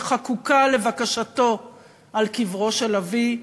שחקוקה על קברו של אבי,